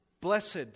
Blessed